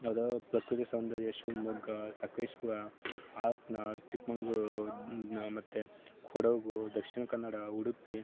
ಅದು ಪ್ರಕೃತಿ ಸೌಂದರ್ಯ ಶಿವಮೊಗ್ಗ ಸಕಲೇಶಪುರ ಹಾಸನ ಚಿಕ್ಕಮಗಳೂರು ಮತ್ತೆ ಕೊಡಗು ದಕ್ಷಿಣ ಕನ್ನಡ ಉಡುಪಿ